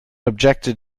objected